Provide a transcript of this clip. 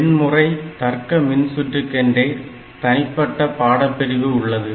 எண் முறை தர்க்க மின்சுற்றுக்கென்றே தனிப்பட்ட பாடப்பிரிவு உள்ளது